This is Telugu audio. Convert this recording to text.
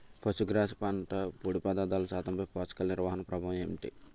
పశుగ్రాస పంట పొడి పదార్థాల శాతంపై పోషకాలు నిర్వహణ ప్రభావం ఏమిటి?